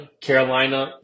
Carolina